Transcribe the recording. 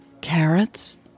Carrots